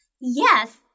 Yes